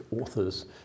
authors